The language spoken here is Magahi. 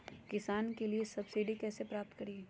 किसानों के लिए सब्सिडी कैसे प्राप्त करिये?